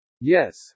Yes